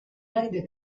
aride